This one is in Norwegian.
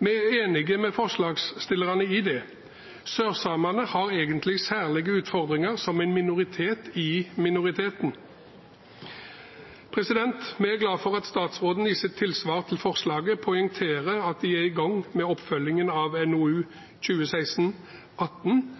Vi er enige med forslagsstillerne i det. Sørsamene har egentlig særlige utfordringer som en minoritet i minoriteten. Vi er glad for at statsråden i sitt tilsvar til forslaget poengterer at de er i gang med oppfølgingen av